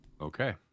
okay